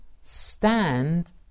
stand